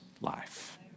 life